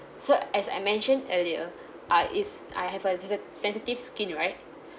so as I mentioned earlier uh is I have a sensi~ sensitive skin right